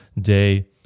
day